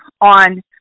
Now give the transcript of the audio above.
on